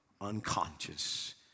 unconscious